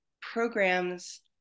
programs